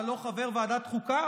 אתה לא חבר ועדת חוקה,